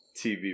TV